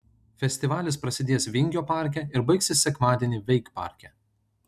festivalis prasidės vingio parke ir baigsis sekmadienį veikparke